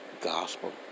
gospel